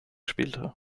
spielte